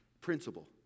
Principle